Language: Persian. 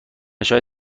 شاید